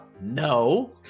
no